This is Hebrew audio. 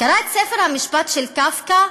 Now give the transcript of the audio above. קרא את הספר "המשפט" של קפקא,